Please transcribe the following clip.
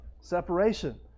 Separation